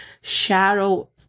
shadow